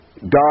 God